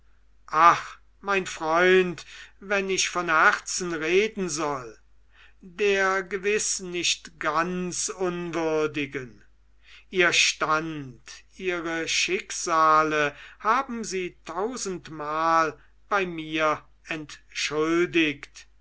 ach mein freund wenn ich vom herzen reden soll der gewiß nicht ganz unwürdigen ihr stand ihre schicksale haben sie tausendmal bei mir entschuldigt